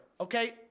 Okay